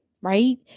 Right